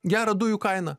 gerą dujų kainą